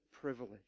privilege